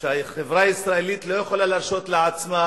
שהחברה הישראלית לא יכולה להרשות לעצמה